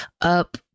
up